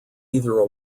either